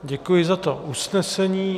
Děkuji za to usnesení.